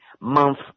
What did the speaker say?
month